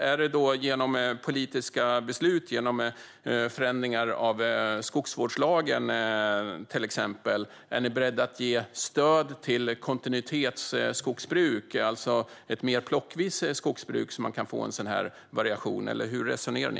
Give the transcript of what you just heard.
Är det till exempel genom politiska beslut och förändringar av skogsvårdslagen? Är ni beredda att ge stöd till kontinuitetsskogsbruk, alltså ett mer plockvis skogsbruk, så att man kan få en sådan här variation, eller hur resonerar ni?